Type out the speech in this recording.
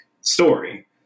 story